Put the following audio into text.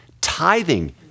Tithing